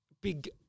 big